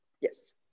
yes